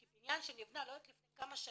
כי בניין שנבנה אני לא יודעת לפני כמה שנים,